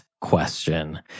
question